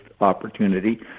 opportunity